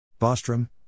Bostrom